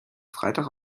freitag